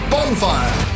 Bonfire